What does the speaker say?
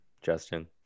Justin